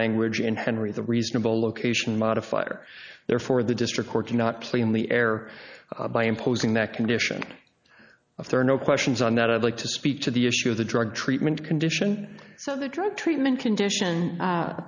language and henry the reasonable location modifier there for the district court cannot play in the air by imposing that condition if there are no questions on that i'd like to speak to the issue of the drug treatment condition so the drug treatment condition